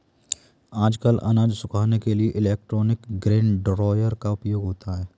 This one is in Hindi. आजकल अनाज सुखाने के लिए इलेक्ट्रॉनिक ग्रेन ड्रॉयर का उपयोग होता है